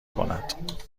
کند